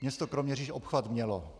Město Kroměříž obchvat mělo.